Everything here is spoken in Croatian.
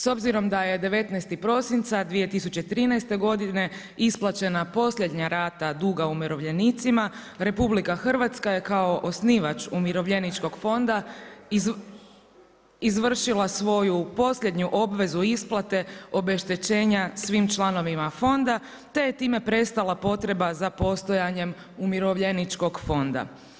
S obzirom da je 19. prosinca 2013. godine isplaćena posljednja rata duga umirovljenicima, RH je kao osnivač umirovljeničkog fonda izvršila svoju posljednju obvezu isplate obeštećenja svim članovima fonda te je time prestala potreba za postajanjem umirovljeničkog fonda.